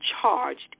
charged